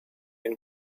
and